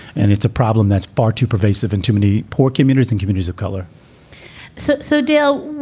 and it's a problem that's far too pervasive in too many poor communities and communities of color so so, dale,